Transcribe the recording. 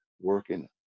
working